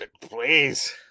Please